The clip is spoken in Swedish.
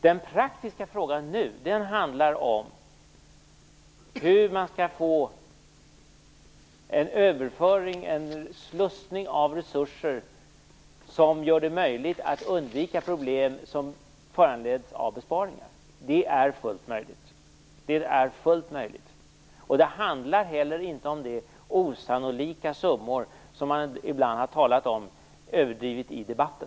Den praktiska frågan är nu hur man skall få en överföring, en slussning, av resurser som gör det möjligt att undvika de problem som föranleds av besparingarna. Detta är fullt möjligt. Det handlar heller inte om de osannolika summor som man ibland överdrivet har talat om i debatten.